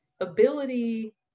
ability